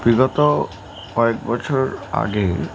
বিগত কয়েক বছর আগে